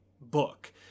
book